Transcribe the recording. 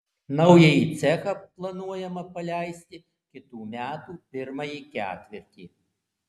naująjį cechą planuojama paleisti kitų metų pirmąjį ketvirtį